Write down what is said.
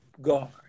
guard